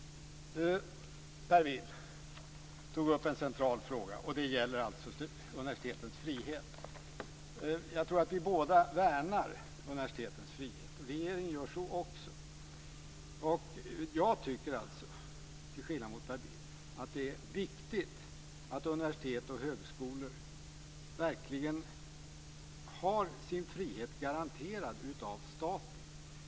Per Bill tog upp en central fråga. Det gäller universitetens frihet. Jag tror att vi båda värnar universitetens frihet, och regeringen gör så också. Jag tycker till skillnad mot Per Bill att det är viktigt att universitet och högskolor verkligen har sin frihet garanterad av staten.